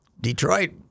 Detroit